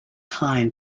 kind